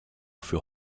für